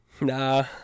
Nah